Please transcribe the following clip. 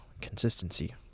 consistency